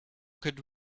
could